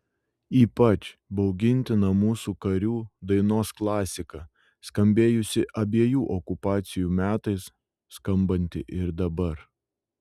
ypač baugintina mūsų karių dainos klasika skambėjusi abiejų okupacijų metais skambanti ir dabar